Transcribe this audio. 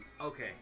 Okay